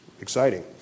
exciting